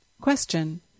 Question